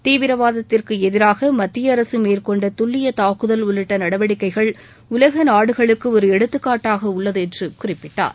தீவிரவாதத்திற்கு எதிராக மத்திய அரசு மேற்கொண்ட துல்லிய தாக்குதல் உள்ளிட்ட நடவடிக்கைகள் உலக நாடுகளுக்கு ஒரு எடுத்துக்காட்டாக உள்ளது என்று குறிப்பிட்டார்